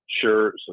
Sure